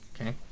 okay